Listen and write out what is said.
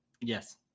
Yes